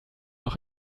noch